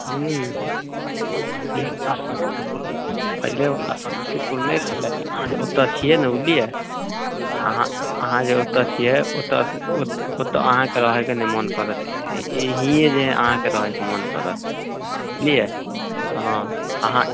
हुँ पहिलेवला समस्तीपुर नहि रहलै अहाँ जे ओतऽ छिए ने बुझलिए अहाँ अहाँ जे ओतऽ छिए ओतऽ ओतऽ अहाँके रहैके नहि मोन करत हिएँ जे अहाँके रहैके मोन करत बुझलिए हँ अहाँ